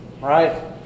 Right